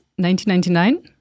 1999